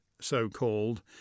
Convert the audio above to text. so-called